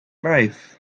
life